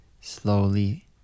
slowly